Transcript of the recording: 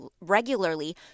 regularly